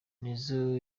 nizzo